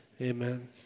amen